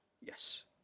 Yes